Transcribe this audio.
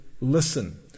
listen